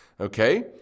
okay